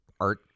art